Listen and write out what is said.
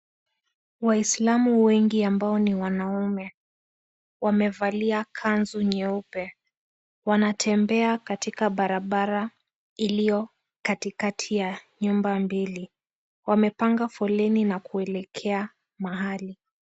Waislamu wengi ambao ni wanaume wamevalia kanzu nyeupe. Wanatembea katika barabara iliyo katikati ya nyumba mbili. Wamepanga foleni na kuelekea mahali.